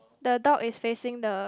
the dog is facing the